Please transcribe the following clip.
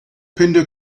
pindar